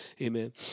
Amen